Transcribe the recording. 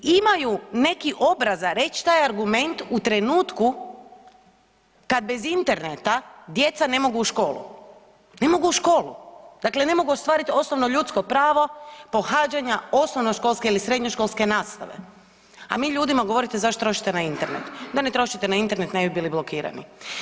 I imaju neki obraza reć taj argument u trenutku kad bez interneta ne mogu u školu, ne mogu u školu, dakle ne mogu ostvarit osnovno ljudsko pravo pohađanja osnovnoškolske ili srednjoškolske nastave, a vi ljudima govorite zašto trošite na Internet, da ne trošite na Internet ne bi bili blokirani.